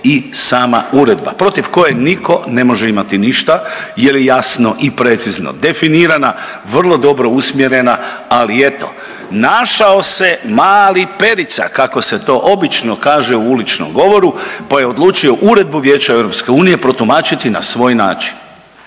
i sama Uredba protiv koje nitko ne može imati ništa jer je jasno i precizno definirana, vrlo dobro usmjerena. Ali eto, našao se mali Perica kako se to obično kaže u uličnom govoru, pa je odlučio Uredbu Vijeća Europske unije protumačiti na svoj način.